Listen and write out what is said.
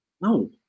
No